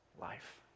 life